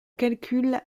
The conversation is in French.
calcul